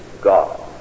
god